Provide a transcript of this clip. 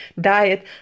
diet